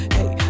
Hey